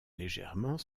légèrement